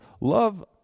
love